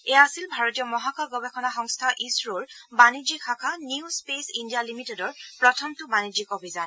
এয়া আছিল ভাৰতীয় মহাকাশ গৱেষণা সংস্থা ইছৰোৰ বাণিজ্যিক শাখা নিউ স্পেচ ইণ্ডিয়া লিমিটেডৰ প্ৰথমটো বাণিজ্যিক অভিযান